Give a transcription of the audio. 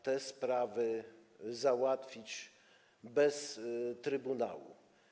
te sprawy załatwić bez trybunału?